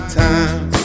time